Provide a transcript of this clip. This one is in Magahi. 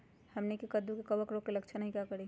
हमनी के कददु में कवक रोग के लक्षण हई का करी?